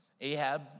Ahab